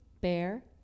Bear